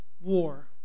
war